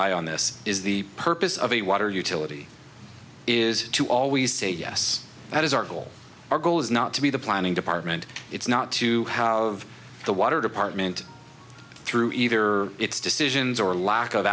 eye on this is the purpose of a water utility is to always say yes that is our goal our goal is not to be the planning department it's not to have the water department through either it's decisions or lack of